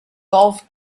golf